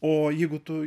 o jeigu tu